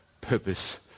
purpose